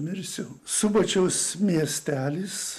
mirsiu subačiaus miestelis